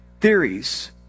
Theories